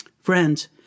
Friends